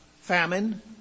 famine